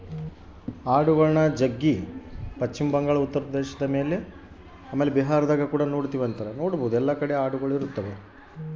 ಆಡುಗಳ್ನ ಜಗ್ಗಿ ಪಶ್ಚಿಮ ಬಂಗಾಳ, ಉತ್ತರ ಪ್ರದೇಶ ಆಮೇಲೆ ಬಿಹಾರದಗ ಕುಡ ನೊಡ್ತಿವಿ